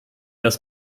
das